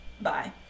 bye